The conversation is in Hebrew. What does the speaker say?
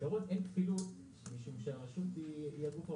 בעיקרון אין כפילות משום שהרשות היא הגוף האוכף.